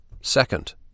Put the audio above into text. Second